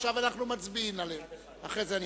ועכשיו אנחנו מצביעים עליהן אחת אחת.